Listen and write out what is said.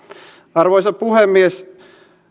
arvoisa puhemies